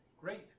Great